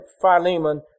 Philemon